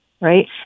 right